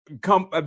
come